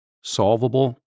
solvable